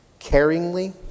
caringly